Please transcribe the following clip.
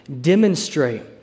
demonstrate